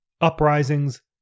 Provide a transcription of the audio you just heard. Uprisings